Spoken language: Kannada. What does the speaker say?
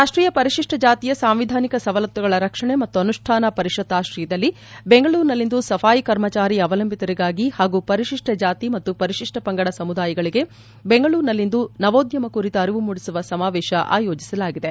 ರಾಷ್ಷೀಯ ಪರಿಶಿಷ್ಟ ಜಾತಿಯ ಸಾಂವಿಧಾನಿಕ ಸವಲತ್ನುಗಳ ರಕ್ಷಣೆ ಮತ್ತು ಅನುಷ್ಠಾನ ಪರಿಷತ್ ಆಶ್ರಯದಲ್ಲಿ ದೆಂಗಳೂರಿನಲ್ಲಿಂದು ಸಘಾಯಿ ಕರ್ಮಚಾರಿ ಅವಲಂಭಿತರಿಗಾಗಿ ಹಾಗೂ ಪರಿಶಿಷ್ಟ ಜಾತಿ ಮತ್ತು ಪರಿಶಿಷ್ಟ ಪಂಗಡ ಸಮುದಾಯಗಳಿಗೆ ಬೆಂಗಳೂರಿನಲ್ಲಿಂದು ನವೋದ್ಧಮ ಕುರಿತ ಅರಿವು ಮೂಡಿಸುವ ಸಮಾವೇಶ ಆಯೋಜಿಸಲಾಗಿತ್ತು